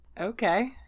Okay